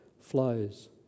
flows